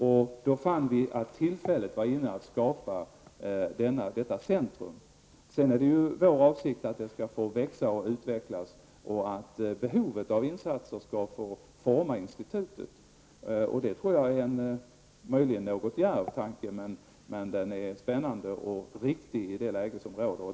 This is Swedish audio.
Vi fann tillfället att skapa detta centrum. Det är sedan vår avsikt att det skall få växa och utvecklas och att behovet av insatser skall få forma institutet. Jag tror att det möjligen är en något djärv tanke, men den är spännande och riktig i det läge som råder.